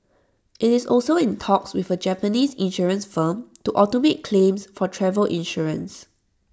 IT is also in talks with A Japanese insurance firm to automate claims for travel insurance